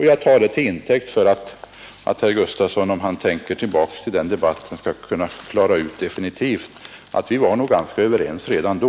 Jag tar det till intäkt för att herr Gustafson, om han tänker tillbaka på den debatten, skall inse att vi nog var ganska överens redan då.